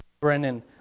Brennan